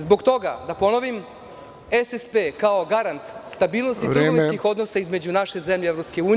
Zbog toga, da ponovim, SSP, kao garant stabilnosti trgovinskih odnosa između naše zemlje i EU,